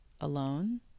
alone